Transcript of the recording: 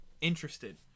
interested